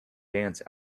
dance